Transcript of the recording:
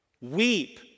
weep